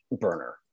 burner